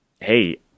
hey